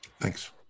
Thanks